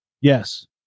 Yes